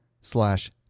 slash